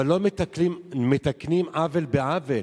אבל לא מתקנים עוול בעוול,